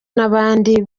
n’abandi